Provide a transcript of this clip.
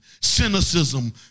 cynicism